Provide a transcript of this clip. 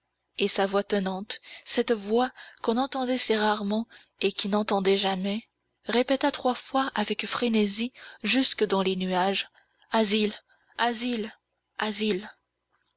et sa voix tonnante cette voix qu'on entendait si rarement et qu'il n'entendait jamais répéta trois fois avec frénésie jusque dans les nuages asile asile asile